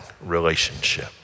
relationship